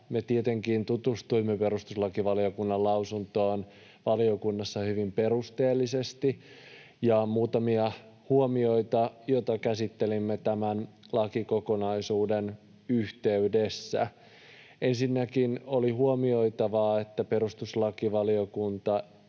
Me tietenkin tutustuimme perustuslakivaliokunnan lausuntoon valiokunnassa hyvin perusteellisesti, ja esitän muutamia huomioita, joita käsittelimme tämän lakikokonaisuuden yhteydessä. Ensinnäkin oli huomioitavaa, että perustuslakivaliokunta